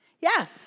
Yes